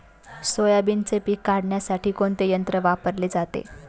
सोयाबीनचे पीक काढण्यासाठी कोणते यंत्र वापरले जाते?